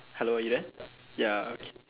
hello are you there ya okay